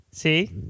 See